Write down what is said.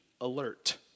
alert